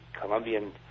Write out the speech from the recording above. Colombian